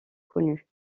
connus